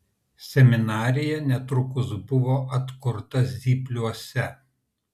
seminarija netrukus buvo atkurta zypliuose